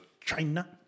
China